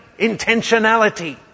Intentionality